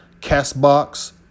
Castbox